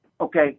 Okay